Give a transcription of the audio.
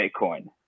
Bitcoin